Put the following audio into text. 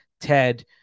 Ted